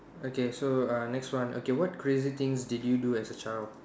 okay so uh next one okay what crazy things did you do as a child